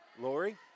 Lori